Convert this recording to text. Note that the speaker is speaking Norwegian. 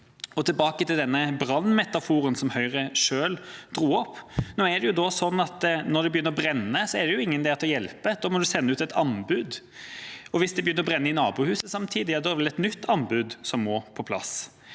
Tilbake til denne brannmetaforen som Høyre selv dro opp: Nå er det sånn at når det begynner å brenne, er det ingen der til å hjelpe, da må man sende ut et anbud – og hvis det begynner å brenne i nabohuset samtidig, er det vel et nytt anbud som må på plass.